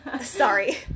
Sorry